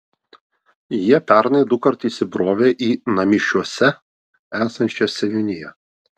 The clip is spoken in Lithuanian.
jie pernai dukart įsibrovė į namišiuose esančią seniūniją